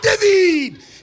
David